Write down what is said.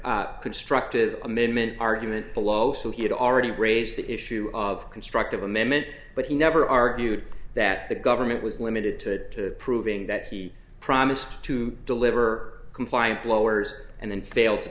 constructive amendment argument below so he had already raised the issue of constructive amendment but he never argued that the government was limited to proving that he promised to deliver compliant blowers and then failed to